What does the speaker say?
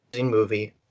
movie